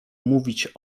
mówić